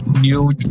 new